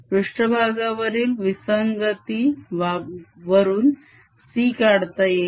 पृष्ठभागावरील विसंगती वरून C काढता येईल